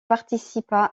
participa